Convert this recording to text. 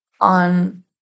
on